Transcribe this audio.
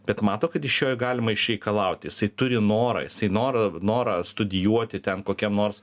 bet mato kad iš jo galima išreikalauti jisai turi norą jisai norą norą studijuoti ten kokiam nors